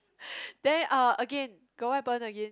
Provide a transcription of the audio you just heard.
then uh again got what happen again